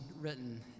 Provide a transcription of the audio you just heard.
written